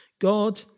God